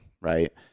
right